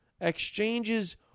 exchanges